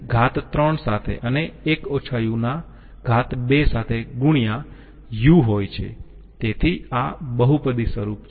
ઘાત 3 સાથે અને ઘાત 2 સાથે ગુણ્યાં u હોય છે તેથી આ બહુપદી સ્વરૂપ છે